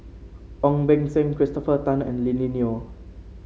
Ong Beng Seng Christopher Tan and Lily Neo